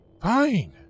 Fine